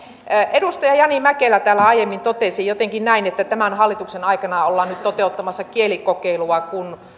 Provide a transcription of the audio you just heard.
edustaja jani mäkelä täällä aiemmin totesi jotenkin näin että tämän hallituksen aikana ollaan nyt toteuttamassa kielikokeilua siksi